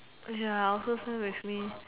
ya also same with me